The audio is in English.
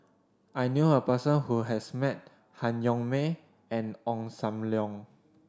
I knew a person who has met Han Yong May and Ong Sam Leong